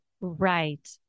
Right